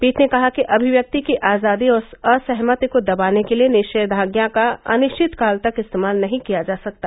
पीठ ने कहा कि अभिव्यक्ति की आजादी और असहमति को दबाने के लिए निषेवाज्ञा का अनिश्चितकाल तक इस्तेमाल नहीं किया जा सकता